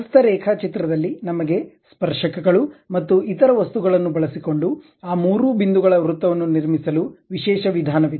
ಹಸ್ತ ರೇಖಾಚಿತ್ರದಲ್ಲಿ ನಮಗೆ ಸ್ಪರ್ಶಕಗಳು ಮತ್ತು ಇತರ ವಸ್ತುಗಳನ್ನು ಬಳಸಿಕೊಂಡು ಆ ಮೂರು ಬಿಂದುಗಳ ವೃತ್ತವನ್ನುನಿರ್ಮಿಸಲು ವಿಶೇಷ ವಿಧಾನವಿದೆ